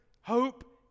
hope